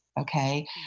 Okay